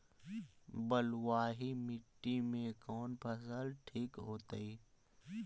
बलुआही मिट्टी में कौन फसल ठिक होतइ?